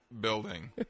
building